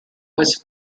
was